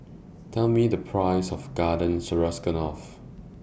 Tell Me The Price of Garden Stroganoff